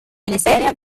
miniserie